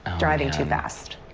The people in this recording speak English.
driving too fast.